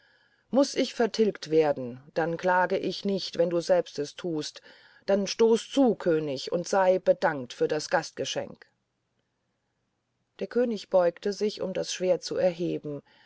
muß ich vertilgt werden dann klage ich nicht wenn du selbst es tust dann stoß zu könig und sei bedankt für das gastgeschenk der könig beugte sich das schwert zu erheben